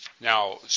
Now